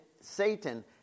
Satan